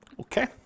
Okay